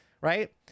Right